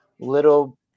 Little